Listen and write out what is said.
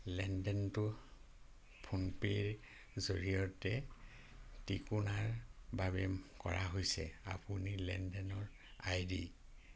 লেনদেনটো ফোনপে'ৰ জৰিয়তে টিকোনাৰ বাবে কৰা হৈছে আপুনি লেনদেনৰ আই ডি